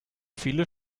viele